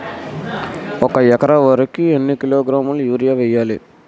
ఒక ఎకర వరి కు ఎన్ని కిలోగ్రాముల యూరియా వెయ్యాలి?